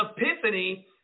epiphany